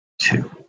Two